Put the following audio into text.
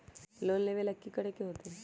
Loan लेवेला की करेके होतई?